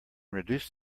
reduce